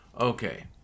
Okay